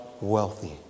wealthy